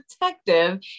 detective